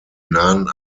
nahen